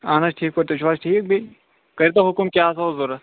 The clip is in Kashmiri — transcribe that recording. اَہن حظ ٹھیٖک پأٹھۍ تُہۍ چھُو حظ ٹھیٖک بیٚیہِ کٔرۍتَو حُکُم کیٛاہ اوس ضرَوٗرت